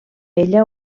ella